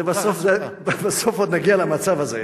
בסוף עוד נגיע למצב הזה.